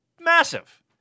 massive